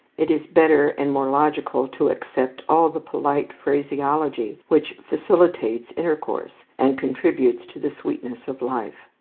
it is better and more logical to accept all the polite phraseology which facilitates intercourse, and contributes to the sweetness of life.